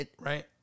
right